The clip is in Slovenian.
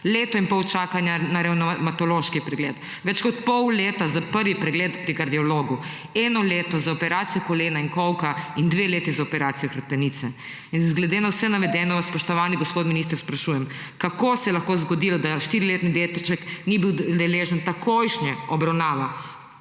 Leto in pol čakanja na revmatološki pregled, več kot pol leta za prvi pregled pri kardiologu, eno leto za operacijo kolena in kolka in dve leti za operacijo hrbtenice. Glede na vse navedeno vas, spoštovani gospod minister, sprašujem: Kako se je lahko zgodilo, da štiriletni deček ni bil deležen takojšnje obravnave